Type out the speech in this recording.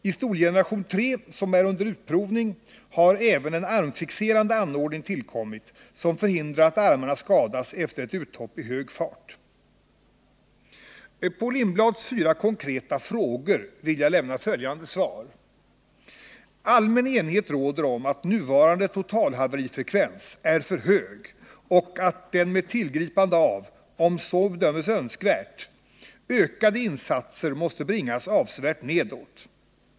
I stolgeneration nr 3, som är under utprovning, har även en armfixerande anordning tillkommit som förhindrar att armarna skadas efter ett uthopp i hög fart. På Hans Lindblads fyra konkreta frågor vill jag lämna följande svar. 1. Allmän enighet råder om att nuvarande totalhaverifrekvens är för hög och att den med tillgripande av, om så bedöms önskvärt, ökade insatser måste bringas avsevärt nedåt.